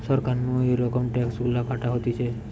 সরকার নু এরম ট্যাক্স গুলা কাটা হতিছে